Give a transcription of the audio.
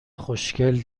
خوشکل